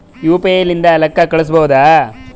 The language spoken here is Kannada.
ಯು.ಪಿ.ಐ ಲಿಂದ ರೊಕ್ಕ ಕಳಿಸಬಹುದಾ?